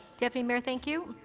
deputy mayor. thank you.